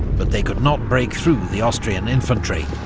but they could not break through the austrian infantry,